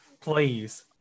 Please